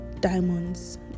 Diamonds